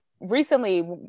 recently